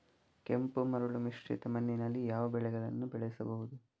ಕೆಂಪು ಮರಳು ಮಿಶ್ರಿತ ಮಣ್ಣಿನಲ್ಲಿ ಯಾವ ಬೆಳೆಗಳನ್ನು ಬೆಳೆಸಬಹುದು?